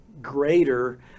greater